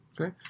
Okay